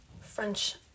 French